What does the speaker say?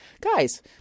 guys